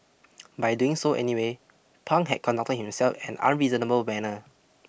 by doing so anyway Pang had conducted himself an unreasonable manner